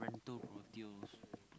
rental